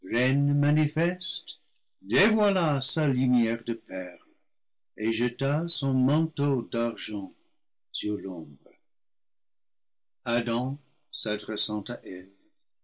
dévoila sa lumière de perle et jeta son manteau d'argent sur l'ombre adam s'adressant à eve